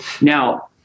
Now